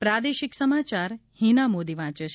પ્રાદેશિક સમાયાર હિના મોદી વાંચે છે